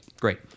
Great